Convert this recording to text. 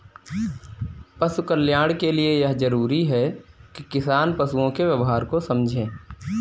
पशु कल्याण के लिए यह जरूरी है कि किसान पशुओं के व्यवहार को समझे